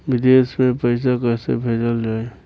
विदेश में पईसा कैसे भेजल जाई?